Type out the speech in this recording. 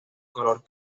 color